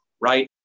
right